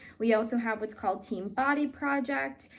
we also have what's called team body project,